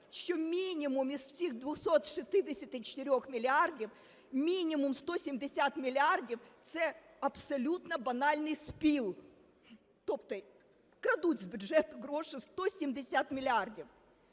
що мінімум з цих 264 мільярдів мінімум 170 мільярдів – це абсолютно банальний спіл, тобто крадуть з бюджету гроші, 170 мільярдів.